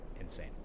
insane